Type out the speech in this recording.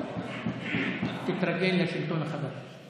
תתרגל לשלטון החדש.